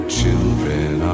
children